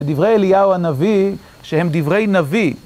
דברי אליהו הנביא שהם דברי נביא.